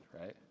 right